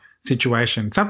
situation